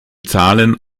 zahlen